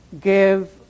give